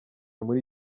muri